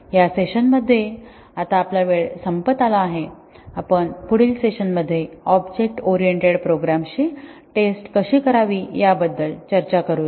या सेशन मध्ये आता आपला वेळ संपत आला आहे आपण पुढील सेशन मध्ये ऑब्जेक्ट ओरिएंटेड प्रोग्रामची टेस्ट कशी करावी याबद्दल चर्चा करूया